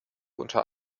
unter